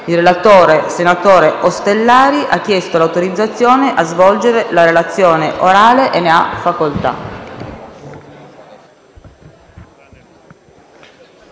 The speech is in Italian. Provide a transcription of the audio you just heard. Il relatore, senatore Ostellari, ha chiesto l'autorizzazione a svolgere la relazione orale. Non facendosi